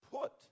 put